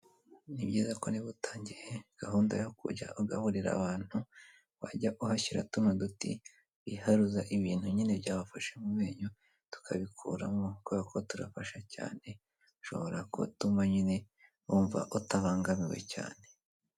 Ni byiza ko niba utangiye gahunda yo kujya ugaburira abantu wajya uhashyira tuno duti biharuza ibintu nyine byabafasha mu menyo tukabikuramo, kuko turafasha cyane ushobora kuba utuma nyine wumva utabangamiwe cyane.